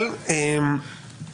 אתה דורסני.